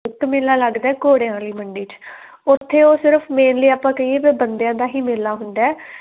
ਇੱਕ ਮੇਲਾ ਲੱਗਦਾ ਘੋੜਿਆਂ ਵਾਲੀ ਮੰਡੀ 'ਚ ਉੱਥੇ ਉਹ ਸਿਰਫ ਮੇਨਲੀ ਆਪਾਂ ਕਹੀਏ ਬੰਦਿਆਂ ਦਾ ਹੀ ਮੇਲਾ ਹੁੰਦਾ